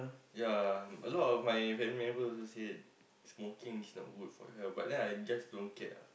ya a lot of my family member also said smoking is not for your health but I just don't care ah